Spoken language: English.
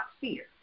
fear